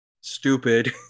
stupid